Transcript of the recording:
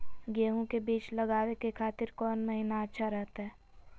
गेहूं के बीज लगावे के खातिर कौन महीना अच्छा रहतय?